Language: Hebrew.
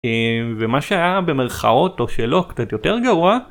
ומה שהיה במרכאות או שלא, קצת יותר גרוע